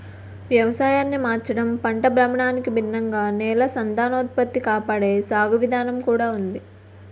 వ్యవసాయాన్ని మార్చడం, పంట భ్రమణానికి భిన్నంగా నేల సంతానోత్పత్తి కాపాడే సాగు విధానం కూడా ఉంది